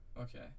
Okay